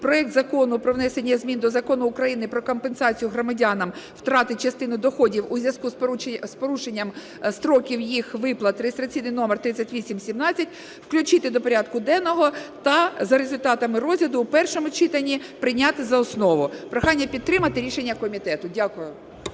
проект Закону про внесення змін до Закону України "Про компенсацію громадянам втрати частини доходів у зв'язку з порушенням строків їх виплати" (реєстраційний номер 3817) включити до порядку денного та за результатами розгляду в першому читанні прийняти за основу. Прохання підтримати рішення комітету. Дякую.